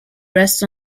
rests